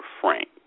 Frank